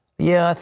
yeah,